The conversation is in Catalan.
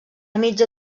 mitja